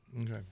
Okay